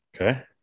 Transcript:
Okay